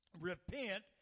repent